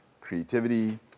creativity